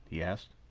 he asked.